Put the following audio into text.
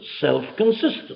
self-consistent